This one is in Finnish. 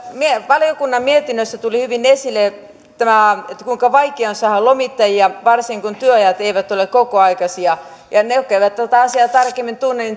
valiokunnan mietinnössä tuli hyvin esille kuinka vaikeaa on saada lomittajia varsinkin kun työajat eivät ole kokoaikaisia ja niille jotka eivät tätä asiaa tarkemmin tunne